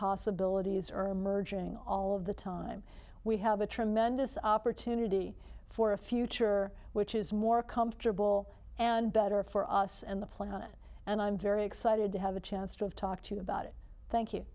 possibilities are emerging all of the time we have a tremendous opportunity for a future which is more comfortable and better for us and the planet and i'm very excited to have a chance to talk to you about it thank you